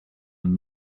and